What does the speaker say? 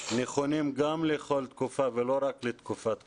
נכונים גם לכל תקופה ולא רק לתקופת קורונה.